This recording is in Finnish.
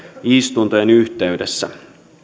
istuntojen yhteydessä